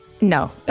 No